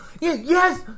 Yes